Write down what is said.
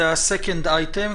זה ה-second item,